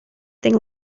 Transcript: thing